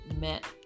met